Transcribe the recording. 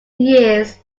years